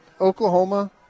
Oklahoma